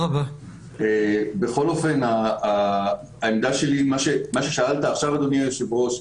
בכל אופן, לשאלתך, אדוני היושב-ראש,